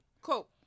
Cool